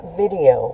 video